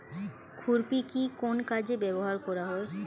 খুরপি কি কোন কাজে ব্যবহার করা হয়?